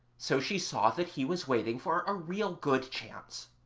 so she saw that he was waiting for a real good chance.